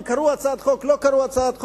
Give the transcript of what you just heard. הם קראו את הצעת החוק או לא קראו את הצעת החוק.